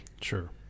Sure